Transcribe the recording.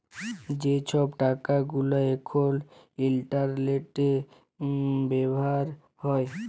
যে ছব টাকা গুলা এখল ইলটারলেটে ব্যাভার হ্যয়